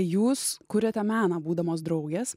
jūs kuriate meną būdamos draugės